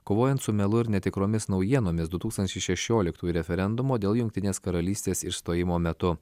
kovojant su melu ir netikromis naujienomis du tūkstančiai šešioliktųjų referendumo dėl jungtinės karalystės išstojimo metu